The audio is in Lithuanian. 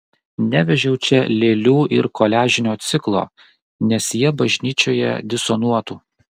nevežiau čia lėlių ir koliažinio ciklo nes jie bažnyčioje disonuotų